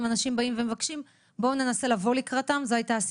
ואם אנשים מבקשים נבוא לקראתם.